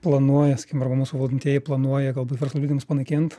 planuoja sakykim arba mūsų valdantieji planuoja galbūt verslo liudijimus panaikinant